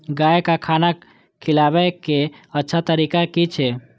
गाय का खाना खिलाबे के अच्छा तरीका की छे?